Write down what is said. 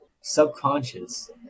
subconscious